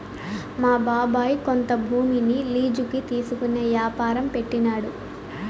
మా బాబాయ్ కొంత భూమిని లీజుకి తీసుకునే యాపారం పెట్టినాడు